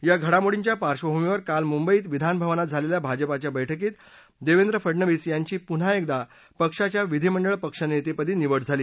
या घडामोडींच्या पार्बभूमीवर काल मुंबईत विधानभवनात झालेल्या भाजपाच्या बर्क्कीत देवेंद्र फडनवीस यांची पुन्हा एकदा पक्षाच्या विधीमंडळ पक्षनेतेपदी निवड झाली